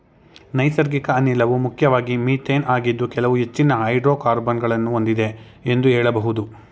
ನೈಸರ್ಗಿಕ ಅನಿಲವು ಮುಖ್ಯವಾಗಿ ಮಿಥೇನ್ ಆಗಿದ್ದು ಕೆಲವು ಹೆಚ್ಚಿನ ಹೈಡ್ರೋಕಾರ್ಬನ್ ಗಳನ್ನು ಹೊಂದಿದೆ ಎಂದು ಹೇಳಬಹುದು